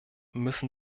müssen